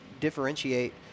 Differentiate